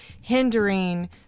hindering